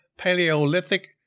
Paleolithic